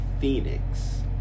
Phoenix